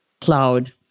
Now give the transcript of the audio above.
cloud